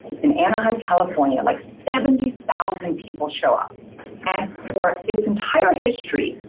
it's an anaheim, california like seventy thousand people show up and for its entire history,